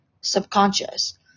subconscious